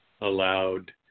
allowed